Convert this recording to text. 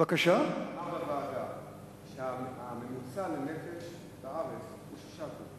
נאמר בוועדה שהממוצע לנפש בארץ הוא 6 קוב.